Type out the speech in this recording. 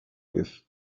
with